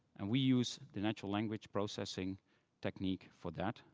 and we use the natural language processing technique for that,